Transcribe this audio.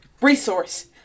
resource